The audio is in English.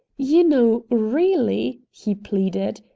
you know, really, he pleaded,